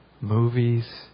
movies